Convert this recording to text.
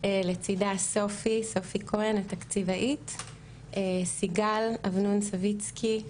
לצידה סופי כהן, התקציבאית; סיגל אבנון סוויצקי,